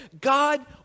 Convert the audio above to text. God